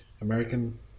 American